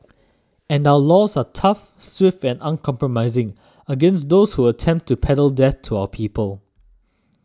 and our laws are tough swift and uncompromising against those who attempt to peddle death to our people